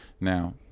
Now